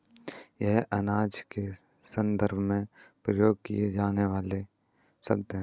यह अनाज के संदर्भ में प्रयोग किया जाने वाला शब्द है